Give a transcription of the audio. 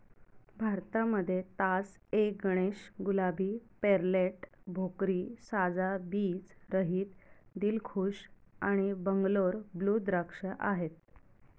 भारतामध्ये तास ए गणेश, गुलाबी, पेर्लेट, भोकरी, साजा, बीज रहित, दिलखुश आणि बंगलोर ब्लू द्राक्ष आहेत